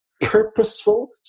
purposeful